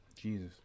Jesus